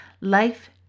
life